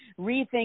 rethink